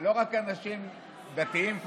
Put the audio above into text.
לא רק אנשים דתיים,